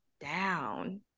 down